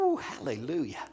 Hallelujah